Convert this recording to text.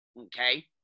okay